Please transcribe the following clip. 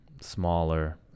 smaller